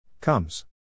comes